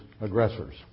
aggressors